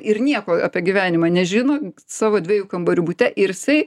ir nieko apie gyvenimą nežino savo dviejų kambarių bute ir jisai